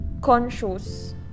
Conscious